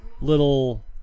little